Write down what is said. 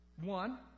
One